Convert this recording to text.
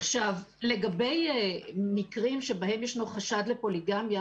לגבי מקרים שבהם ישנו חשד לפוליגמיה